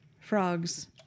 frogs